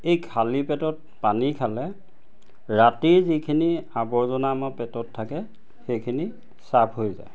এই খালি পেটত পানী খালে ৰাতিৰ যিখিনি আৱৰ্জনা আমাৰ পেটত থাকে সেইখিনি চাফ হৈ যায়